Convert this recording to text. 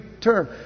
term